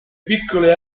piccole